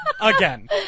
Again